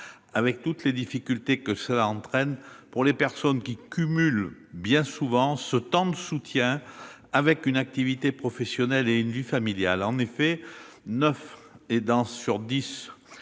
avec toutes les difficultés que cela entraîne pour les personnes qui cumulent bien souvent ce temps de soutien avec une activité professionnelle et une vie familiale. En effet, neuf aidants sur